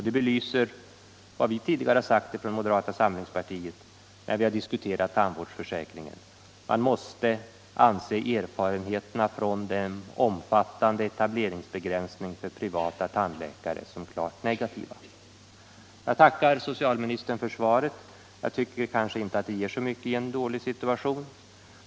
Det belyser vad vi från moderata samlingspartiet tidigare sagt, när vi har diskuterat tandvårdsförsäkringen, att man måste anse erfarenheterna från den omfattande etableringsbegränsningen för privata tandläkare som klart negativa. Jag tackar socialministern för svaret, även om jag tycker att det inte ger så mycket i en dålig situation.